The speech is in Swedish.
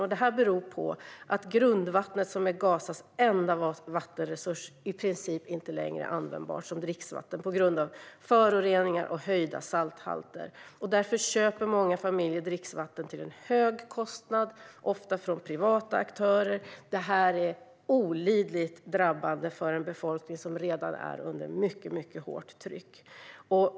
Problemen beror på att grundvattnet, som är Gazas enda vattenresurs, i princip inte längre är användbart som dricksvatten på grund av föroreningar och höjda salthalter. Därför köper många familjer dricksvatten till en hög kostnad, ofta från privata aktörer. Detta är olidligt drabbande för en befolkning som redan är under mycket hårt tryck.